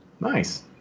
Nice